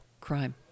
crime